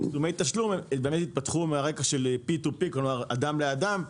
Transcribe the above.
יישומי תשלום התפתחו מהרקע של PTP, מאדם לאדם,